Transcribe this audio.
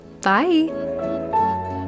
Bye